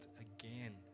again